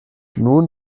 nun